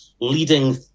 leading